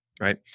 right